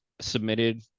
submitted